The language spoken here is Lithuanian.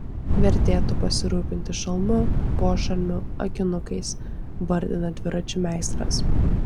vertėtų pasirūpinti šalmu pošalmiu akinukais vardina dviračių meistras